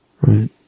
right